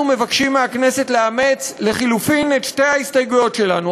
אנחנו מבקשים מהכנסת לאמץ לחלופין את שתי ההסתייגויות שלנו,